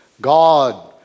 God